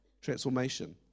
transformation